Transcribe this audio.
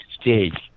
stage